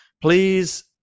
please